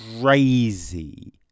crazy